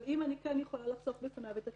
אבל אם אני כן יכולה לחשוף בפניו את הטיעונים,